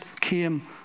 came